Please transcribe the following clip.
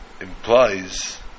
implies